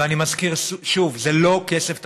ואני מזכיר שוב: זה לא כסף תקציבי,